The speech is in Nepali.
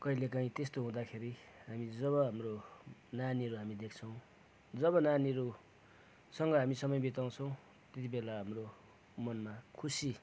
कहिलेकाहीँ त्यस्तो हुँदाखेरि हामी जब हाम्रो नानीहरू हामी देख्छौँ जब नानीहरूसँग हामी समय बिताउँछौँ त्यती बेला हाम्रो मनमा खुसी